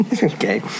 Okay